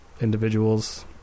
individuals